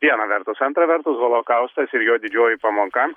viena vertus antra vertus holokaustas ir jo didžioji pamoka